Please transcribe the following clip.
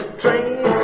train